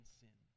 sin